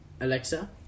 Alexa